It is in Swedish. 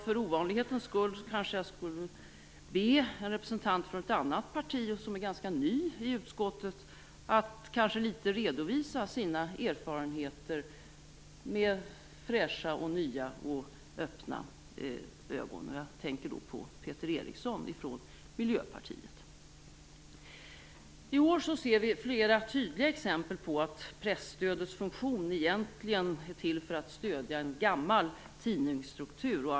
För ovanlighetens skull kanske jag skulle be en representant från ett annat parti som är ganska ny i utskottet att redovisa sina erfarenheter med fräscha, nya och öppna ögon. Jag tänker då på Peter Eriksson från Miljöpartiet. I år ser vi flera tydliga exempel på att presstödets funktion egentligen är till för att stödja en gammal tidningsstruktur.